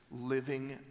living